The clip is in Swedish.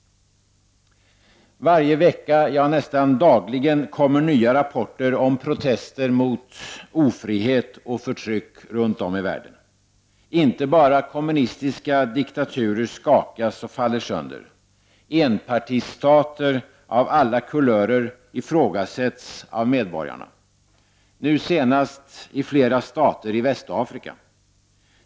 Varje vecka, ja nästan dagligen, kommer nya rapporter om protester mot ofrihet och förtryck runt om i världen. Inte bara kommunistiska diktaturer skakas och faller sönder. Enpartistater av alla kulörer ifrågasätts av medborgarna, nu senast i flera stater i Västafrika.